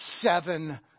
seven